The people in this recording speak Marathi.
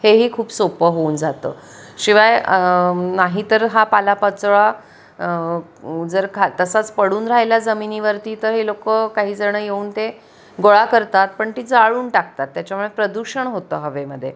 हेही खूप सोप्पं होऊन जातं शिवाय नाहीतर हा पालापाचोळा जर खा तसाच पडून राहिला जमिनीवरती तर हे लोकं काही जणं येऊन ते गोळा करतात पण ती जाळून टाकतात त्याच्यामुळे प्रदूषण होतं हवेमध्ये